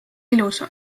ilus